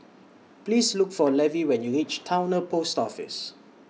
Please Look For Levy when YOU REACH Towner Post Office